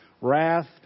Wrath